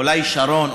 אולי שרון,